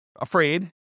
afraid